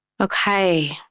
Okay